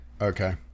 Okay